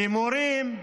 כמורים,